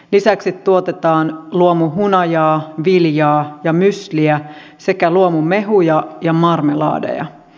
lisäksi tuotetaan luomuhunajaa viljaa ja mysliä sekä luomumehuja ja marmeladeja